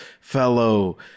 fellow